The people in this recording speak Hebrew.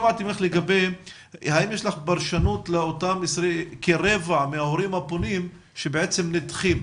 האם יש לך תגובה לכך שכרבע מההורים שפונים נדחים?